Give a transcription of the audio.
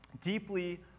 deeply